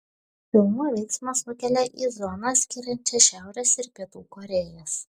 filmo veiksmas nukelia į zoną skiriančią šiaurės ir pietų korėjas